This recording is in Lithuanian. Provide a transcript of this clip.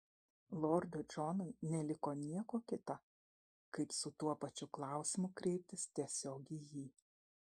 lordui džonui neliko nieko kita kaip su tuo pačiu klausimu kreiptis tiesiog į jį